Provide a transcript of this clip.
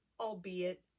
albeit